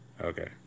Okay